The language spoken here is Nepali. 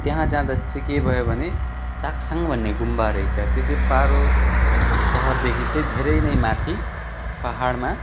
त्यहाँ जाँदा चाहिँ के भयो भने ताक्साङ भन्ने गुम्बा रहेछ त्यो चाहिँ पारो सहरदेखि चाहिँ धेरै नै माथि पाहाडमा